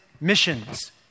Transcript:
missions